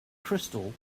crystal